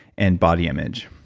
and body image.